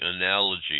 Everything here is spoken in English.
analogy